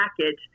package